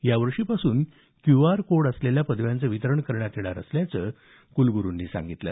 यावर्षीपासून Q R code असलेल्या पदव्याचं वितरण करण्यात येणार असल्याचं कुलगुरुंनी सांगितलं